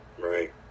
Right